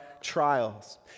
trials